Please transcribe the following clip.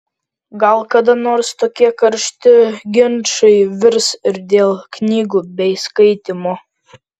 gal kada nors tokie karšti ginčai virs ir dėl knygų bei skaitymo